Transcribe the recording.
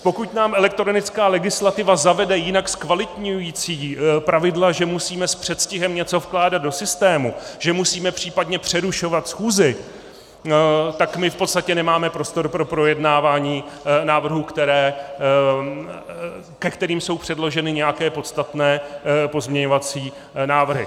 Pokud nám elektronická legislativa zavede jinak zkvalitňující pravidla, že musíme s předstihem něco vkládat do systému, že musíme případně přerušovat schůzi, tak my v podstatě nemáme prostor pro projednávání návrhů, ke kterým jsou předloženy nějaké podstatné pozměňovací návrhy.